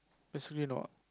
actually no ah